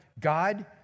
God